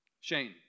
Shane